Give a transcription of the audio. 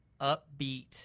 upbeat